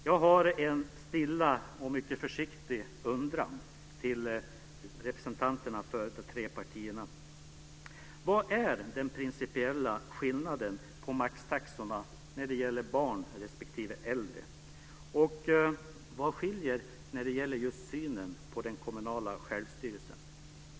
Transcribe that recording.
Jag har en stilla och mycket försiktig undran till representanterna för de tre partierna. Vad är den principiella skillnaden på maxtaxorna när det gäller barn respektive äldre? Vad skiljer när det gäller just synen på den kommunala självstyrelsen?